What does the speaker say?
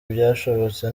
byashobotse